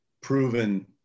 proven